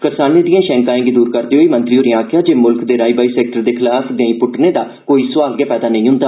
करसानें दिएं षैंकाएं गी दूर करदे होई मंत्री होरें आखेआ जे मुल्ख दे राई बाई सैक्टर दे खलाफ गैहीं प्ट्टने दा सोआल गै पैदा नेईं हंदा